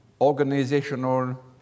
organizational